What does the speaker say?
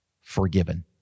forgiven